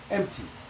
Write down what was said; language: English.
empty